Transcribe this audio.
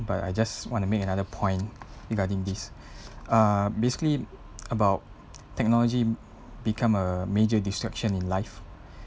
but I just want to make another point regarding this uh basically about technology become a major distraction in life